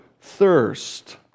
thirst